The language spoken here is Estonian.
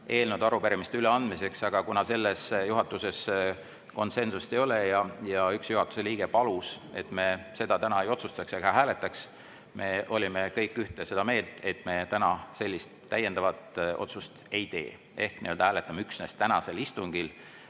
eelnõude ja arupärimiste üleandmise aega, aga kuna selles juhatuses konsensust ei ole ja üks juhatuse liige palus, et me seda täna ei otsustaks ega hääletaks, siis me olime kõik ühte meelt, et me täna sellist täiendavat otsust ei tee ja hääletame üksnes tänasel istungil